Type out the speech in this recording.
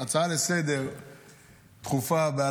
הצעה דחופה לסדר-היום בנושא: העלאת